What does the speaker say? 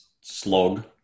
slog